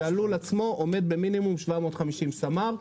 כשהלול עצמו עומד במינימום 750 סמ"ר,